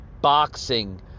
boxing